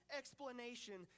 explanation